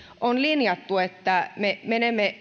on linjattu että me menemme